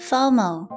Formal